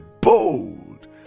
bold